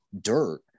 dirt